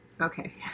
okay